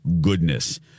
goodness